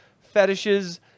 fetishes